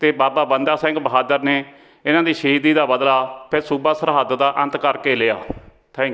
ਅਤੇ ਬਾਬਾ ਬੰਦਾ ਸਿੰਘ ਬਹਾਦਰ ਨੇ ਇਹਨਾਂ ਦੀ ਸ਼ਹੀਦੀ ਦਾ ਬਦਲਾ ਫਿਰ ਸੂਬਾ ਸਰਹਿੰਦ ਦਾ ਅੰਤ ਕਰਕੇ ਲਿਆ ਥੈਂਕ